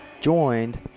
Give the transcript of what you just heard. joined